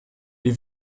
les